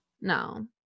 No